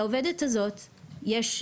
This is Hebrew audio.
לעובדת הזו מאחר